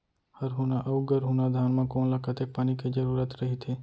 हरहुना अऊ गरहुना धान म कोन ला कतेक पानी के जरूरत रहिथे?